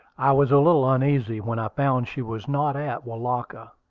i was a little uneasy when i found she was not at welaka.